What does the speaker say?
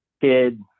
kid